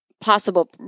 possible